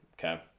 okay